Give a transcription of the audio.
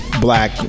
black